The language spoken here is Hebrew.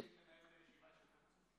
כשדוד מנהל את הישיבה יש יותר צופים.